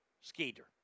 Skeeter